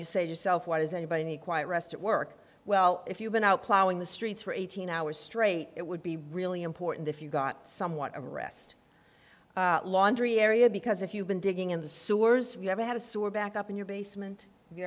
you say yourself why does anybody need quiet rest at work well if you've been out plowing the streets for eighteen hours straight it would be really important if you got someone a rest laundry area because if you've been digging in the sewers we never had a sewer back up in your basement